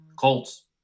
Colts